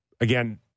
again